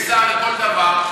יש שר לכל דבר.